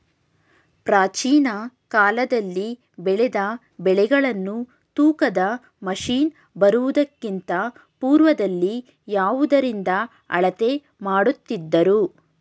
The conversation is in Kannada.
ಪ್ರಾಚೀನ ಕಾಲದಲ್ಲಿ ಬೆಳೆದ ಬೆಳೆಗಳನ್ನು ತೂಕದ ಮಷಿನ್ ಬರುವುದಕ್ಕಿಂತ ಪೂರ್ವದಲ್ಲಿ ಯಾವುದರಿಂದ ಅಳತೆ ಮಾಡುತ್ತಿದ್ದರು?